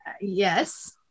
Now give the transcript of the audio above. Yes